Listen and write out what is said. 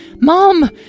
Mom